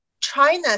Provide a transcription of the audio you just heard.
China